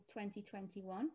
2021